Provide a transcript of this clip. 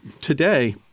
Today